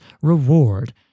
reward